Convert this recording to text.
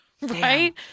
right